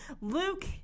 Luke